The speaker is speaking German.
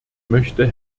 möchte